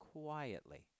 quietly